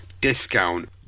discount